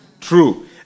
True